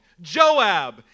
Joab